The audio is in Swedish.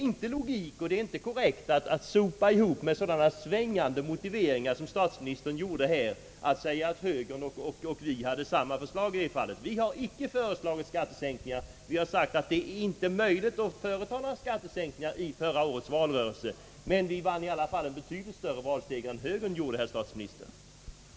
Det är inte korrekt att med sådana svepande motiveringar som statsministern framförde göra gällande att högern och centern gick på samma linje i detta avseende. Vi föreslog inga skattesänkningar. Vi anförde i förra årets valrörelse att det inte var möjligt att genomföra några sådana, men vi vann ändå en betydligt större valseger än högern, herr statsminister.